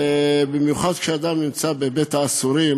במיוחד כשאדם נמצא בבית-האסורים,